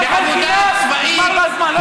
עבודה צבאית,